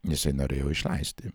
jisai norėjo išleisti